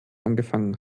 angefangen